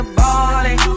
balling